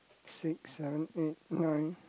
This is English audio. six seven eight nine